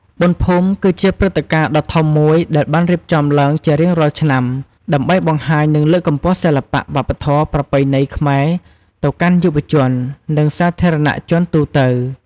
បុណ្យភូមិគឺជាព្រឹត្តិការណ៍ដ៏ធំមួយដែលបានរៀបចំឡើងជារៀងរាល់ឆ្នាំ ដើម្បីបង្ហាញ និងលើកកម្ពស់សិល្បៈ វប្បធម៌ ប្រពៃណីខ្មែរទៅកាន់យុវជន និងសាធារណជនទូទៅ។